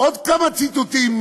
עוד כמה ציטוטים: